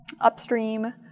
upstream